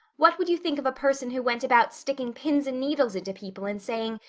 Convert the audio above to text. what would you think of a person who went about sticking pins and needles into people and saying,